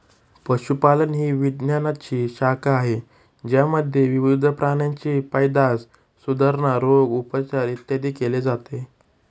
पशुपालन ही विज्ञानाची शाखा आहे ज्यामध्ये विविध प्राण्यांची पैदास, सुधारणा, रोग, उपचार, इत्यादी केले जाते